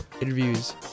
interviews